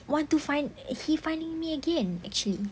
want to find he finding me again actually